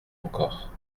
encore